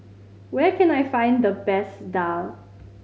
where can I find the best daal